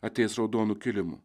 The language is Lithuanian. ateis raudonu kilimu